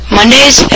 Mondays